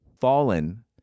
fallen